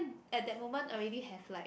at that moment already have like